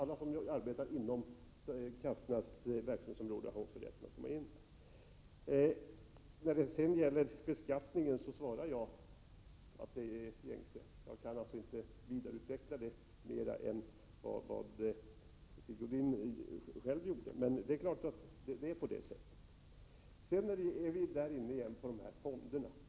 Alla som arbetar inom verksamhetsområden som omfattas av kassorna har alltså rätt att tillhöra dem. När det gäller beskattningen är mitt svar att denna skall ske enligt gängse regler. Jag kan alltså inte utveckla detta mera än vad Sigge Godin själv gjorde. Sedan har vi åter kommit in på detta med dessa fonder.